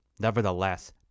Nevertheless